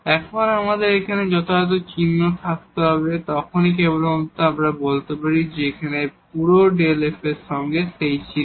এখন আমাদের এখানে একটি যথাযথ চিহ্ন থাকতে হবে তখনই কেবল আমরা বলতে পারি এই পুরো Δ f হবে সেই চিহ্নের